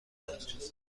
خورد